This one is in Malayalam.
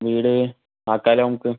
വീട് ആക്കാല്ലോ നമുക്ക്